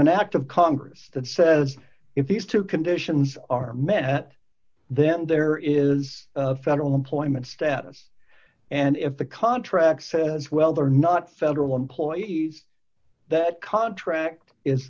an act of congress that says if these two conditions are met then there is federal employment status and if the contract says well they are not federal employees that contract is